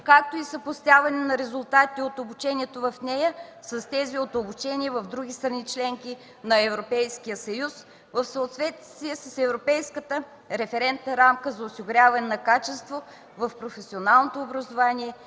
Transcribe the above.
както и съпоставяне на резултатите от обучението в нея с тези от обучение в другите страни – членки на Европейския съюз, в съответствие с Европейската референтна рамка за осигуряване на качество в професионалното образование